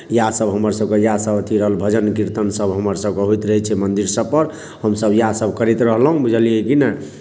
इएहसभ हमरसभके इएहसभ अथी रहल भजन कीर्तनसभ हमरसभके होइत रहैत छै मन्दिरसभ पर हमसभ इएहसभ करैत रहलहुँ बुझलियै की नहि